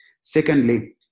Secondly